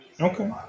Okay